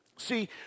See